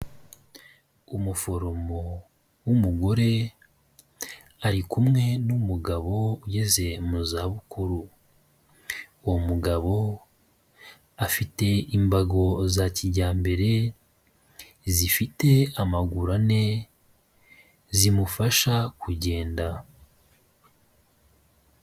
Umuforomo w'umugore ari kumwe n'umugabo ugeze mu za bukuru, uwo mugabo afite imbago za kijyambere zifite amaguru ane zimufasha kugenda.